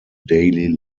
daily